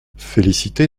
félicité